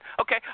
Okay